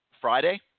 Friday